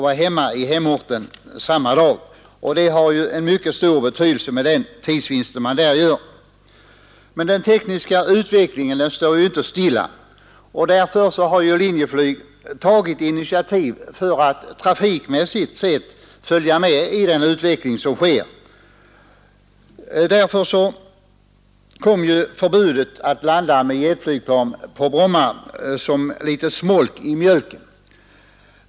Den tidsvinsten har mycket stor betydelse. Men den tekniska utvecklingen står inte stilla. Av den anledningen har Linjeflyg tagit initiativ för att trafikmässigt följa med den utvecklingen. Därför kom förbudet att landa med jetflyg på Bromma som litet smolk i mjölken.